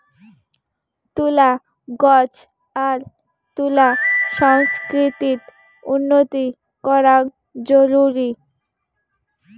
তুলা গছ আর তুলা সংস্কৃতিত উন্নতি করাং জরুরি